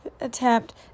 attempt